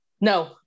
No